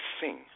sing